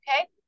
Okay